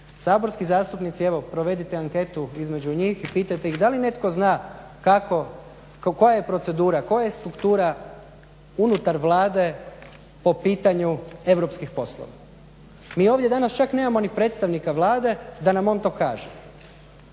Saborski zastupnici evo provedite anketu između njih i pitajte ih da li netko zna kako, koja je procedura, koja je struktura unutar Vlade po pitanju europskih poslova. Mi ovdje danas čak nemamo ni predstavnika Vlade da nam on to kaže.